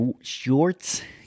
shorts